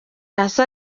hasi